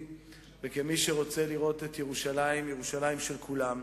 וכמי שרוצה לראות בירושלים ירושלים של כולם.